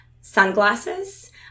sunglasses